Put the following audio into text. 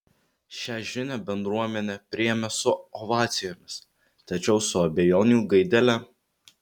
šia žinią bendruomenė priėmė su ovacijomis tačiau su abejonių gaidele